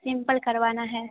simple करवाना है